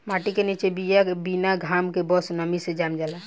माटी के निचे बिया बिना घाम के बस नमी से जाम जाला